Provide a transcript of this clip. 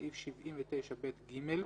בסעיף 79ב(ג),